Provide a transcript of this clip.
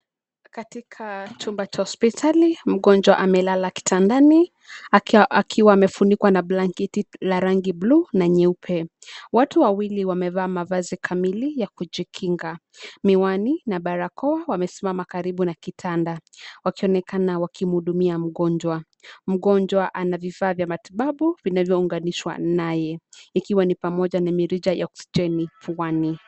Katika chumba cha hosptitali mgonjwa amelala kitandani akiwa amefunikwa na blanketi la rangi ya bluu na nyeupe watu wawili wamevaa mavazi kamili ya kujinga, miwani na barakoa mawesimama karibu na kitanda wakionekana wakimuhudumia mgonjwa, mgonjwa ana vifaa vya matibabu vinavyo unganishwa naye ikiwa ni pamoja na miricha ya oksijeni puani.